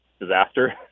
disaster